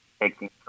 taking